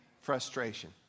frustration